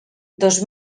dos